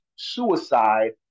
Suicide